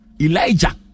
Elijah